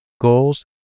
goals